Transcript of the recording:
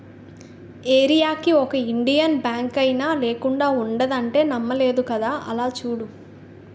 ఏరీయాకి ఒక ఇండియన్ బాంకైనా లేకుండా ఉండదంటే నమ్మలేదు కదా అలా చూడు